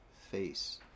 face